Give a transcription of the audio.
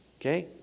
Okay